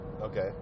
Okay